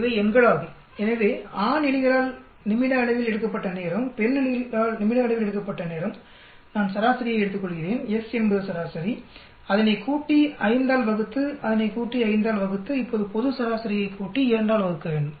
இவை எண்களாகும் எனவே ஆண் எலிகளால் நிமிட அளவில் எடுக்கப்பட்ட நேரம் பெண் எலிகளால் நிமிட அளவில் எடுக்கப்பட்ட நேரம் நான் சராசரியை எடுத்துக்கொள்கிறேன் s என்பது சராசரி அதனைக் கூட்டி 5 ஆல் வகுத்து அதனைக் கூட்டி 5 ஆல் வகுத்து இப்போது பொது சராசரியைக் கூட்டி 2 ஆல் வகுக்கவேண்டும்